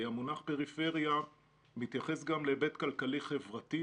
המונח "פריפריה" מתייחס גם להיבט כלכלי-חברתי.